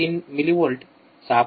३ millivolt ६